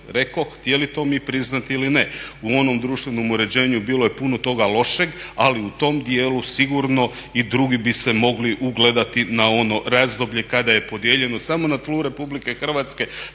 rekoh htjeli to mi priznati ili ne. U onom društvenom uređenju bilo je puno toga lošeg ali u tom dijelu sigurno i drugi bi se mogli ugledati na ono razdoblje kada je podijeljeno samo na tlu Republike Hrvatske